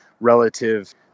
relative